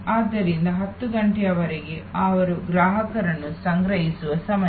ಆದ್ದರಿಂದ 10 ಗಂಟೆವರೆಗೆ ಅವರು ಗ್ರಾಹಕರನ್ನು ಸಂಗ್ರಹಿಸುವ ಸಮಯ